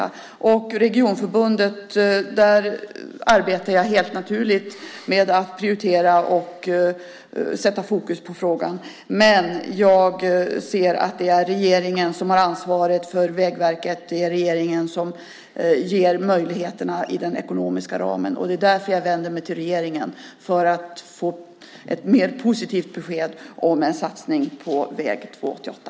Vad gäller regionförbundet arbetar jag naturligtvis där med att prioritera och sätta fokus på denna fråga, men det är regeringen som har ansvaret för Vägverket. Det är regeringen som inom den ekonomiska ramen ger möjligheterna, och jag vänder mig därför till regeringen för att få ett mer positivt besked om en satsning på väg 288.